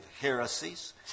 heresies